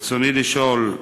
רצוני לשאול: